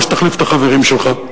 או שתחליף את החברים שלך,